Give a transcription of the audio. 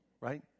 right